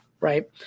right